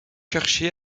chercher